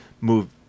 move